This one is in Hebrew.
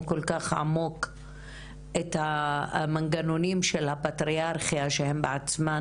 כל כך עמוק את המנגנונים של הפטריארכיה שהן בעצמן